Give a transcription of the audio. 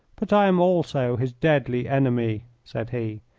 but i am also his deadly enemy, said he.